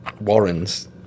Warren's